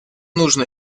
нужно